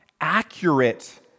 accurate